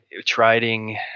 trading